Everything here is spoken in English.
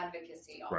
advocacy